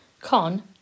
Con